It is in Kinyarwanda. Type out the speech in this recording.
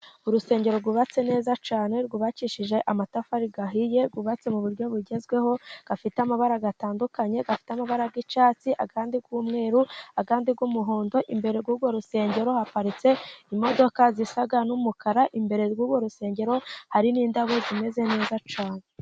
Urusengero rwubatse neza cyane, rwubakishije amatafari ahiye, rwubatse mu buryo bugezweho, rufite amabara atandukanye, rufite amabara y'icyatsi ayandi y'umweru, ayandi y'umuhondo, imbere y'urwo rusengero haparitse imodoka zisa n'umukara, imbere y'urwo rusengero hari n'indabo zimeze neza cyane.